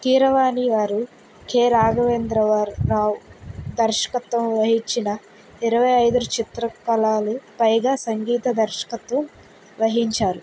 కీరవాణిగారు K రాఘవేంద్రరావ్గారు రావ్ దర్శకత్వం వహించిన ఇరవై ఐదు చిత్రకళలు పైగా సంగీత దర్శకత్వం వహించారు